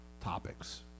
topics